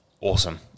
Awesome